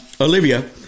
Olivia